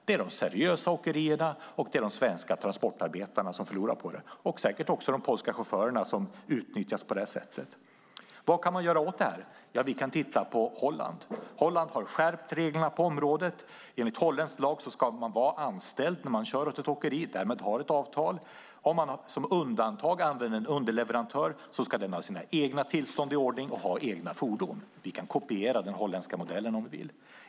Det är de seriösa åkerierna och de svenska transportarbetarna som förlorar på det, och säkert också de polska chaufförerna som utnyttjas på det här sättet. Vad kan man göra åt det här? Ja, vi kan titta på Holland. Holland har skärpt reglerna på området. Enligt holländsk lag ska man vara anställd när man kör åt ett åkeri och därmed ha ett avtal. Om man som undantag använder en underleverantör ska den ha sina egna tillstånd i ordning och ha egna fordon. Vi kan kopiera den holländska modellen om vi vill.